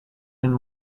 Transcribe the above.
and